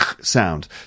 sound